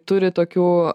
turi tokių